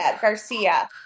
Garcia